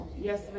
Yes